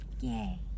Yay